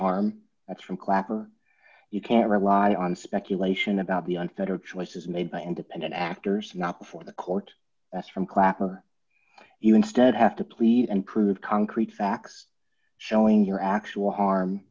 harm that's from clapper you can't rely on speculation about the unfettered choices made by independent actors not before the court from clapper you instead have to plead and prove concrete facts showing your actual harm